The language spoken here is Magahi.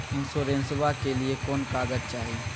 इंसोरेंसबा के लिए कौन कागज चाही?